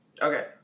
Okay